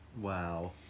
Wow